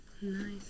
Nice